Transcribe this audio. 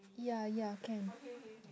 ya ya can